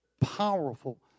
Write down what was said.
powerful